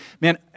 Man